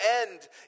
end